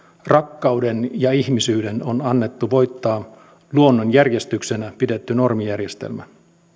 rakkauden ja ihmisyyden on annettu voittaa luonnonjärjestyksenä pidetty normijärjestelmä